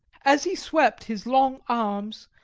as he swept his long arms,